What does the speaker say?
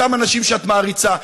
אותם אנשים שאת מעריצה.